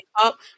up